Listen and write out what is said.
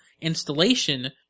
installation